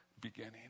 beginning